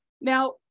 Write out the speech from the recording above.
Now